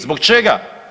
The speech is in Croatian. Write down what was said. Zbog čega?